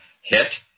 hit